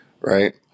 right